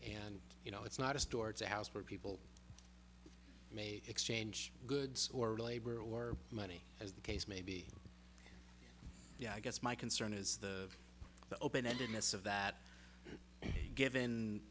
and you know it's not a store it's a house where people may exchange goods or labor or money as the case may be yeah i guess my concern is the the open ended ness of that given